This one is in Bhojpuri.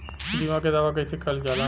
बीमा के दावा कैसे करल जाला?